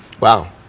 Wow